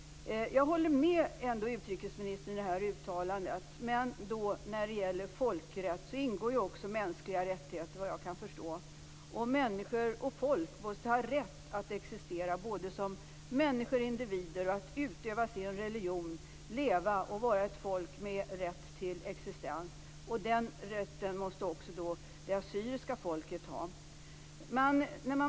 Jag håller ändå med utrikesministern i detta uttalande. Men när det gäller folkrätt ingår ju också, såvitt jag kan förstå, mänskliga rättigheter. Och människor och folk måste ha rätt att existera som människor och individer, att utöva sin religion, leva och vara ett folk med rätt till existens. Den rätten måste också det assyriska folket ha.